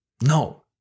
No